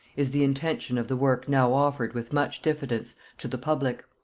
is the intention of the work now offered with much diffidence to the public.